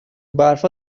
برفا